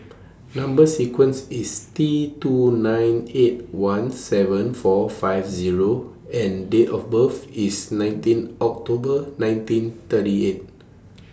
Number sequence IS T two nine eight one seven four five Zero and Date of birth IS nineteen October nineteen thirty eight